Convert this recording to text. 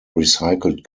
recycled